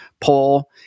poll